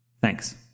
Thanks